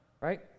right